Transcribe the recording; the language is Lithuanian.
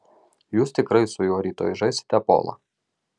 jūs tikrai su juo rytoj žaisite polą